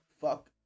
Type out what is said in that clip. Fuck